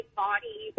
body